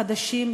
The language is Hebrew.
חדשים,